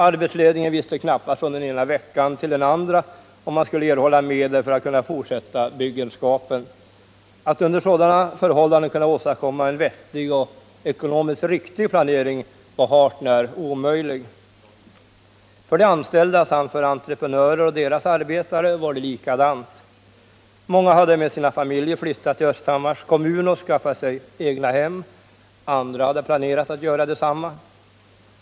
Arbetsledningen visste knappt från den ena veckan till den andra om man skulle erhålla medel för att kunna fortsätta byggenskapen. Att under sådana förhållanden kunna åstadkomma en vettig och ekonomiskt riktig planering var hart när omöjligt. För de anställda samt för entreprenörer och deras arbetare var det likadant. Många hade med sina familjer flyttat till Östhammars kommun och skaffat sig egna hem. Andra hade planerat att göra detsamma.